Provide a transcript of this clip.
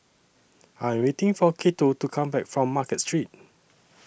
I Am waiting For Cato to Come Back from Market Street